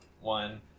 one